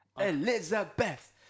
Elizabeth